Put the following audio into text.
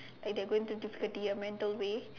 like they're going through difficulty a mental way